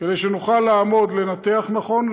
כדי שנוכל לעמוד ולנתח נכון,